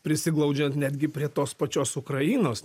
prisiglaudžiant netgi prie tos pačios ukrainos